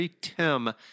Tim